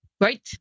right